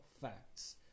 facts